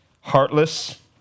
heartless